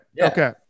Okay